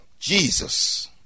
Jesus